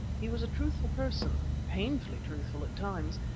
he was a truthful person, painfully truthful at times.